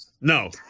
No